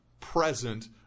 present